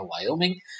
Wyoming